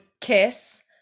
kiss